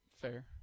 Fair